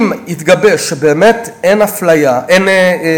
אם יתגבש שבאמת אין מיון,